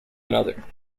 another